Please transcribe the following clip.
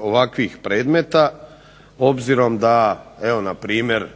ovakvih predmeta, obzirom da evo na primjer